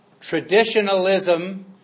traditionalism